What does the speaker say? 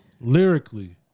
Lyrically